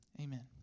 amen